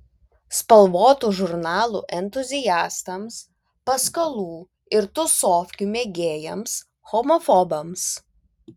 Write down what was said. spalvotų žurnalų entuziastams paskalų ir tusovkių mėgėjams homofobams